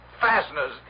fasteners